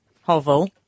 Hovel